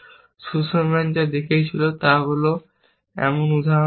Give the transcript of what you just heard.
Sussman যা দেখিয়েছিলেন তা হল এমন উদাহরণ রয়েছে